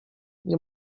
nie